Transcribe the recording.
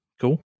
Cool